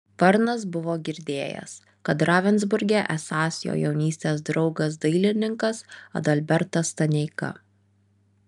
varnas buvo girdėjęs kad ravensburge esąs jo jaunystės draugas dailininkas adalbertas staneika